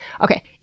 Okay